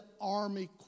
Army